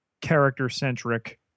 character-centric